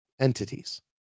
entities